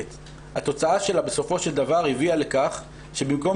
התוצאה שלה בסופו של דבר הביאה לכך שבמקום